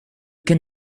can